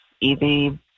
easy